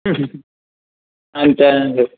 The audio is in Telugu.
అంతేనండి